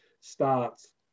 starts